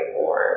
more